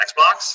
Xbox